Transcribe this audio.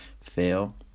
fail